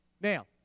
Now